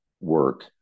work